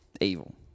evil